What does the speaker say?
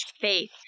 faith